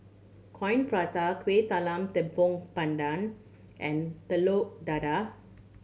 Coin Prata Kueh Talam Tepong Pandan and Telur Dadah